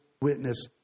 witness